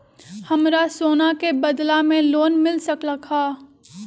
हमरा सोना के बदला में लोन मिल सकलक ह?